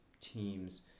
teams